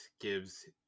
gives